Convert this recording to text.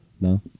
No